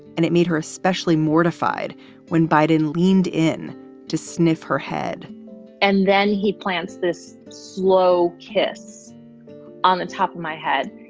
and it made her especially mortified when biden leaned in to sniff her head and then he plants this slow kiss on the top of my head.